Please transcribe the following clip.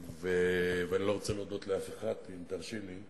אם תרשי לי,